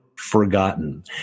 forgotten